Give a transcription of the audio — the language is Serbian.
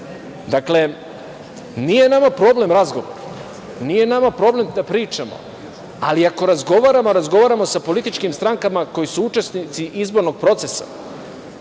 dakle, nije nama problem razgovor, nije nama problem da pričamo, ali ako razgovaramo, razgovaramo sa političkim strankama koji su učesnici izbornog procesa.